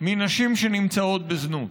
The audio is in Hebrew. מנשים שנמצאות בזנות.